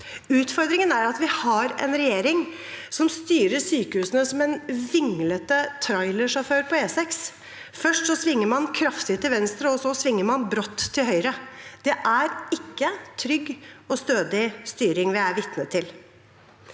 Utfordringen er at vi har en regjering som styrer sykehusene som en vinglete trailersjåfør på E6. Først svinger man kraftig til venstre, og så svinger man brått til høyre. Det er ikke trygg og stødig styring vi er vitne til.